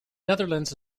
netherlands